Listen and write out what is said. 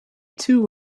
too